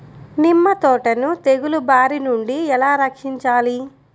నిమ్మ తోటను తెగులు బారి నుండి ఎలా రక్షించాలి?